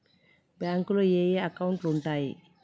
బ్యాంకులో ఏయే అకౌంట్లు ఉంటయ్?